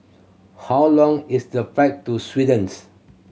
how long is the flight to Sweden's